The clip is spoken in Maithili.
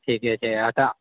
ठीके छै एतऽ